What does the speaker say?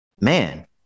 Man